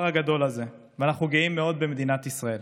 הגדול הזה ואנחנו גאים מאוד במדינת ישראל.